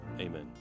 amen